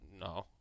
No